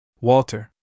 Walter